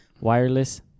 Wireless